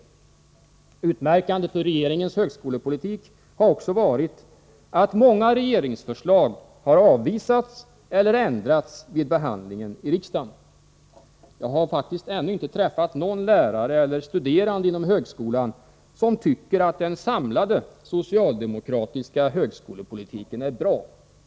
Utmärkande för regeringens högskolepolitik har också varit att många regeringsförslag har avvisats eller ändrats vid behandlingen i riksdagen. Jag har faktiskt ännu inte träffat någon lärare eller studerande inom Nr 166 högskolan som tycker att den samlade socialdemokratiska högskolepolitiken Torsdagen den är bra.